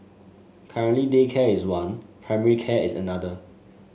currently daycare is one primary care is another